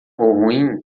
ruim